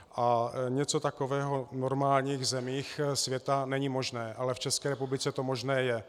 A něco takového v normálních zemích světa není možné, ale v České republice to možné je.